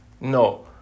No